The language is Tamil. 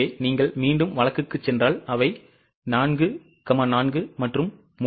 எனவே நீங்கள் மீண்டும் வழக்குக்குச் சென்றால் அவை 4 4 மற்றும் 3